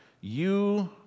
You